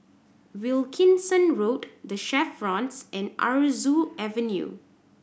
Wilkinson Road The Chevrons and Aroozoo Avenue